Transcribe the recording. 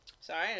Sorry